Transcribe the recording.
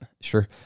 sure